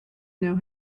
know